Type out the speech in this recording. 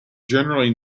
generally